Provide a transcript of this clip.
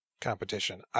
competition